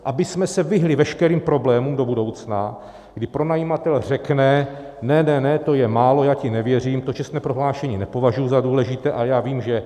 Abychom se vyhnuli veškerým problémům do budoucna, kdy pronajímatel řekne ne, ne, ne, to je málo, já ti nevěřím, to čestné prohlášení nepovažuji za důležité a já vím, že...